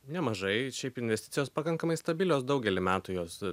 nemažai šiaip investicijos pakankamai stabilios daugelį metų jos